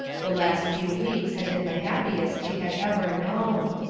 the last few weeks had been the happiest she had ever known.